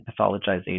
pathologization